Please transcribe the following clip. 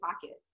pocket